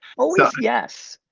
always yes.